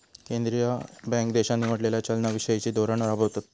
केंद्रीय बँका देशान निवडलेला चलना विषयिचा धोरण राबवतत